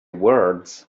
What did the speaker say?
words